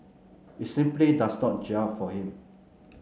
it simply does not gel for him